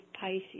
Pisces